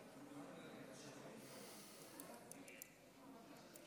נכבדה, לפני כשלושה שבועות